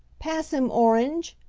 pass him, orange!